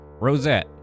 Rosette